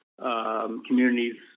communities